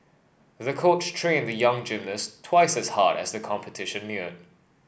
the coach trained the young gymnast twice as hard as the competition neared